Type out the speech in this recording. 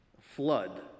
flood